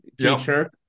teacher